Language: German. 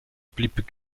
blieb